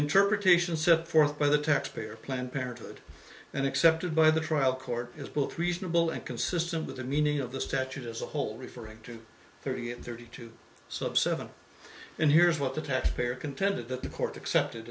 interpretation set forth by the taxpayer planned parenthood and accepted by the trial court is both reasonable and consistent with the meaning of the statute as a whole referring to thirty and thirty two subsequent and here's what the taxpayer contended that the court accepted